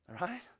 Right